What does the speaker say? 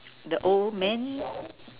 the old man